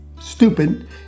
stupid